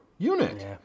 unit